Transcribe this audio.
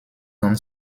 dann